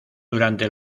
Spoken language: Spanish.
durante